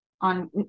on